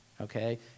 okay